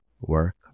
work